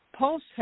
Pulse